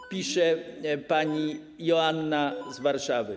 Tak pisze pani Joanna z Warszawy.